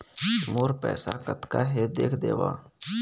मोर पैसा कतका हे देख देव?